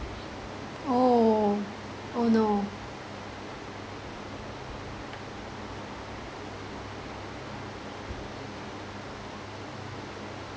oh oh no